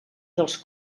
dels